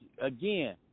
again